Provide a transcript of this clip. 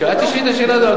שאת תשאלי את השאלה הזאת?